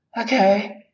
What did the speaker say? okay